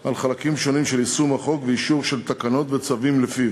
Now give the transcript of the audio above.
על חלקים שונים של יישום החוק ואישור של תקנות וצווים לפיו.